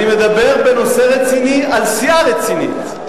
אני מדבר בנושא רציני על סיעה רצינית.